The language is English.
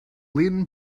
lyn